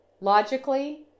logically